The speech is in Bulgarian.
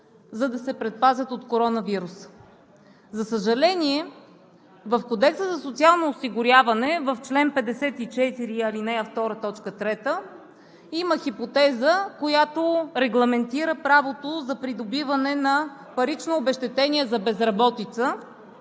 за да се предпазят от коронавируса. За съжаление, в Кодекса за социално осигуряване – в чл. 54, ал. 2, т. 3, има хипотеза, която регламентира правото за придобиване на парично обезщетение за безработица.